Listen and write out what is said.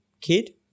kid